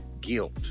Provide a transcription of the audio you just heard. guilt